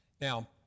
Now